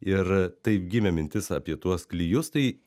ir taip gimė mintis apie tuos klijus tai